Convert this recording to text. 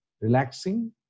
relaxing